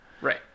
right